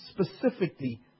specifically